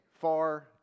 far